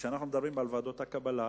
כשאנחנו מדברים על ועדות קבלה.